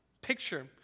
picture